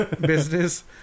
business